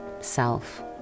self